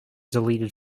deleted